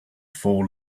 four